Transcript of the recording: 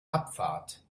abfahrt